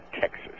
Texas